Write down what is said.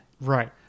Right